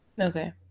Okay